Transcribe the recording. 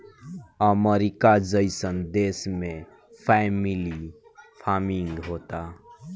अमरीका जइसन देश में फैमिली फार्मिंग होता